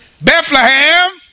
Bethlehem